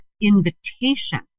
invitation